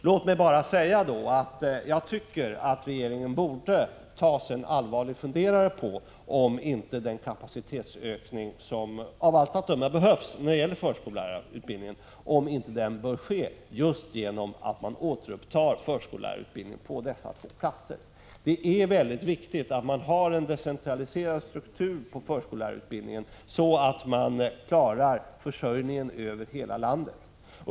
Låt mig då bara säga att jag tycker att regeringen borde ta sig en allvarlig funderare på om inte den kapacitetsökning som av allt att döma behövs när det gäller förskollärarutbildningen bör åstadkommas just genom att man återupptar förskollärarutbildningen på de här båda platserna. Det är väldigt viktigt att man har en decentraliserad struktur på förskollärarutbildningen, så att man klarar försörjningen över hela landet.